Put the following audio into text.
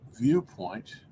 viewpoint